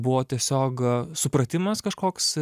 buvo tiesiog supratimas kažkoks